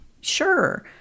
Sure